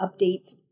updates